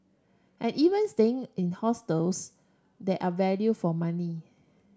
and even staying in hostels that are value for money